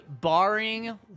barring